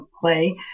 play